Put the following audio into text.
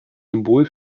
symbol